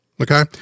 Okay